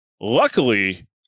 Luckily